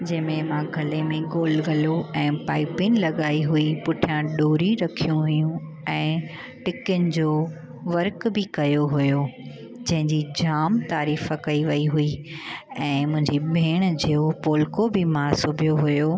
जंहिंमें मां गले में गोल गलो ऐं पाइपिनि लॻाई हुई पुठियां ॾोरी रखियूं हुयूं ऐं टिकियुनि जो वर्क बि कयो हुओ जंहिंजी जामु तारीफ़ कई वई हुई ऐं मुंहिंजी भेण जो पोलको बि मां सिबियो हुओ